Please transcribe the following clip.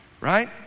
right